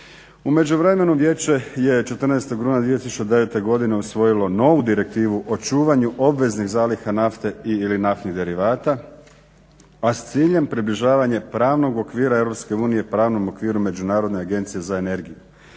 U međuvremenu vijeće je 14. rujna 2009. godine usvojilo novu direktivu o čuvanju obveznih zaliha i/ili naftnih derivata, a s ciljem približavanja pravnog okvira EU pravnom okviru Međunarodne agencije za energiju